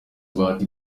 bahati